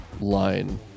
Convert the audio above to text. line